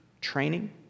training